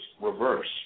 reverse